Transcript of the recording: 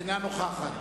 אינה נוכחת